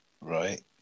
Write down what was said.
Right